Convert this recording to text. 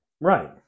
Right